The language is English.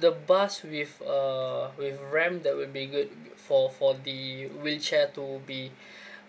the bus with a with ramp that will be good for for the wheelchair to be